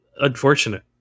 unfortunate